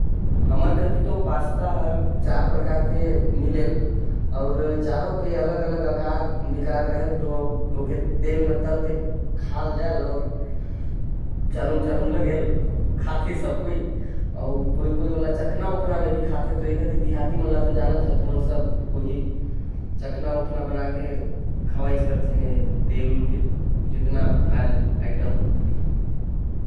हमर कति चार प्रकार के पास्ता मिलथे। जेके लोग मन तेल म फ्राई कर के खाथे।